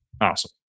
Awesome